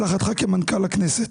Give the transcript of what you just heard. הצלחתך כמנכ"ל הכנסת.